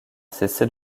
cessé